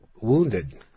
wounded